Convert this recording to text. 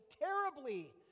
terribly